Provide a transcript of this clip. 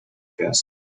past